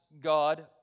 God